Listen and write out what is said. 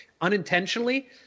unintentionally